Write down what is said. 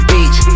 Beach